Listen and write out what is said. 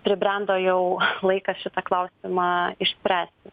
pribrendo jau laikas šitą klausimą išspręsti